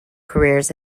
careers